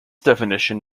definition